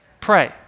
pray